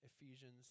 Ephesians